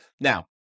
Now